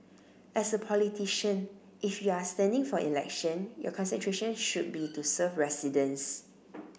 as a politician if you are standing for election your concentration should be to serve residents